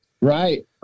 Right